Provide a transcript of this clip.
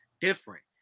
Different